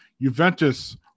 Juventus